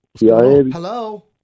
Hello